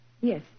Yes